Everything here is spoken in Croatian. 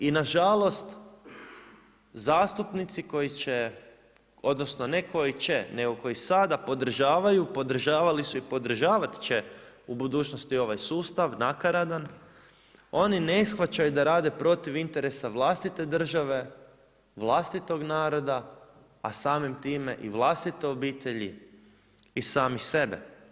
I na žalost, zastupnici koji će, odnosno, ne koji će, nego koji sada podržavaju, podržavali su i podržavat će u budućnosti ovaj sustav, nakaradan, oni ne shvaćaju da rade protiv interesa vlastite države, vlastitog naroda, a samim time i vlastite obitelji i sami sebe.